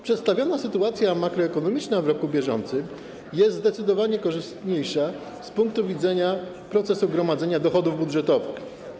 Przedstawiona sytuacja makroekonomiczna w roku bieżącym jest zdecydowanie korzystniejsza z punktu widzenia procesu gromadzenia dochodów budżetowych.